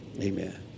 Amen